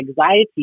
anxiety